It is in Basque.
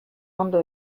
ondo